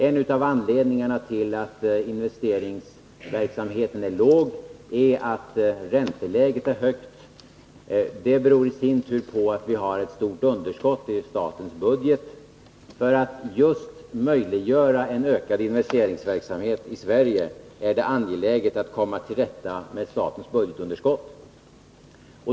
En av anledningarna till att den investeringsverksamheten är låg är att ränteläget är högt. Detta beror i sin tur på att vi har ett stort underskott i statens budget. För att möjliggöra en ökad investeringsverksamhet i Sverige är det angeläget att komma till rätta med statens budgetunderskott.